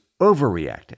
overreacted